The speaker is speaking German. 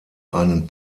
einen